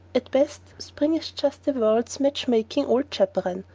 at best, spring is just the world's match-making old chaperon,